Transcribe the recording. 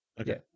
Okay